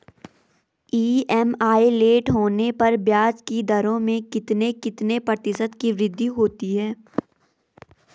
EMI late होने पर ब्याज की दरों में कितने कितने प्रतिशत की वृद्धि होती है?